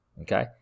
Okay